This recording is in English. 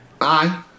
Aye